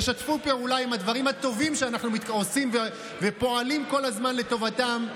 תשתפו פעולה עם הדברים הטובים שאנחנו עושים ופועלים כל הזמן לטובתם,